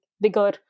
bigger